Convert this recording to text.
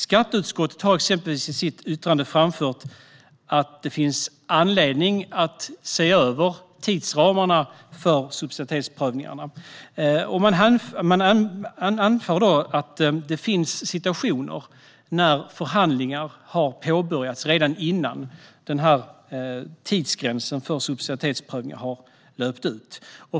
Skatteutskottet har exempelvis i sitt yttrande framfört att det finns anledning att se över tidsramarna för subsidiaritetsprövningarna. Man anför att det finns situationer när förhandlingar har påbörjats redan innan tidsgränsen för subsidiaritetsprövningar har löpt ut.